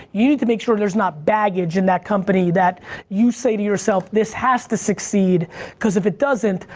you need to make sure there's not baggage in that company that you say to yourself, this has to succeed cause if it doesn't,